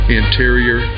interior